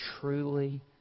truly